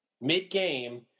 mid-game